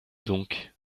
donc